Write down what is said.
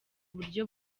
buryo